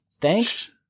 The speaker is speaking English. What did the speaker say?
thanks